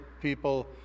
people